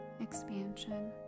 expansion